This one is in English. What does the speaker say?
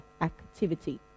activity